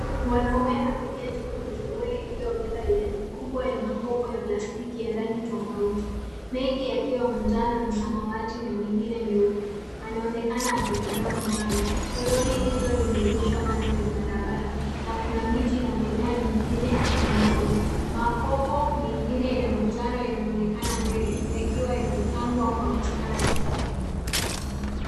Mwanaume ameketi kwenye toroli ilio beba idadi kubwa ya makopo ya plastiki ya rangi tofauti. Mengi yakiwa manjano na samawati na mengine meupe. Anaonekana akitazama mbali. Toroli hilo limeegeshwa kando ya barabara na kuna miti na mimea mingine kwa mbali. Makopo mingine ya manjano yanaonekana mbele yakiwa yamepangwa kwa ustadi.